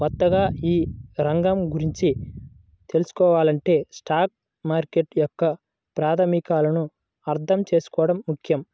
కొత్తగా ఈ రంగం గురించి తెల్సుకోవాలంటే స్టాక్ మార్కెట్ యొక్క ప్రాథమికాలను అర్థం చేసుకోవడం ముఖ్యం